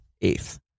Eighth